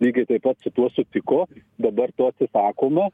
lygiai taip pat su tuo sutiko dabar to atsisakoma